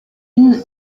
une